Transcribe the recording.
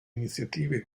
iniziative